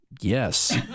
Yes